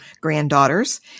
granddaughters